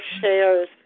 shares